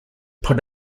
put